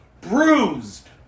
bruised